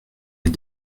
les